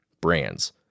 brands